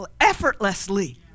effortlessly